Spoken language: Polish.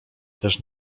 też